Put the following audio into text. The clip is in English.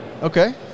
Okay